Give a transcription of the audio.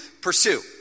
pursue